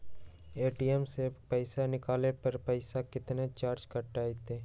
ATM से पईसा निकाले पर पईसा केतना चार्ज कटतई?